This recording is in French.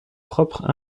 propres